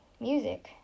music